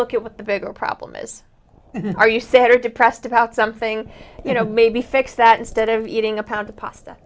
look at what the bigger problem is are you sad or depressed about something you know maybe fix that instead of eating a pound of pasta